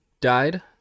died